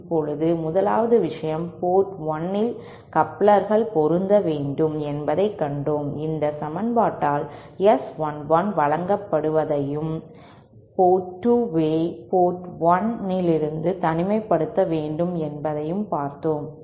இப்போது 1 வது விஷயம் போர்ட் 1 இல் கப்ளர்கள் பொருந்த வேண்டும் என்பதைக் கண்டோம் இந்த சமன்பாட்டால் S11 வழங்கப்படுவதையும் போர்ட் 2 ஐ போர்ட் 1 இலிருந்து தனிமைப்படுத்த வேண்டும் என்பதையும் பார்த்தோம்